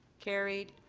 carried.